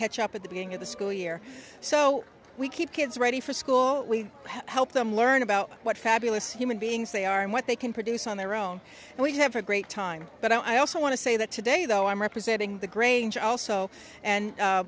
catch up with being in the school year so we keep kids ready for school we help them learn about what fabulous human beings they are and what they can produce on their own and we have a great time but i also want to say that today though i'm representing the grange also and